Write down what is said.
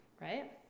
right